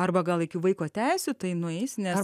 arba gal iki vaiko teisių tai nueis nes